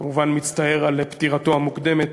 אני כמובן מצטער על פטירתו המוקדמת